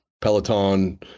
Peloton